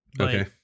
Okay